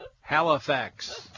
Halifax